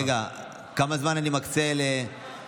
רגע, כמה זמן אני מקצה לדובר?